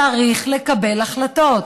צריך לקבל החלטות,